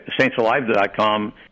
saintsalive.com